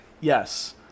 Yes